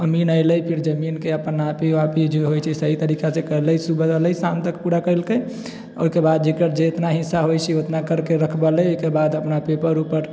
अमीन एलै फिर जमीनके अपन नापी उपी जे होइ छै सही तरीकासँ करले सुबह आयले शाम तक पूरा करलकै ओहिके बाद जकर जे जितना हिस्सा होइ छै उतना करके रखबै लए अपना पेपर उपर